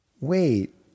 wait